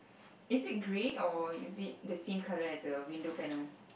is it green or is it the same color as the window panels